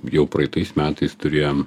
jau praeitais metais turėjom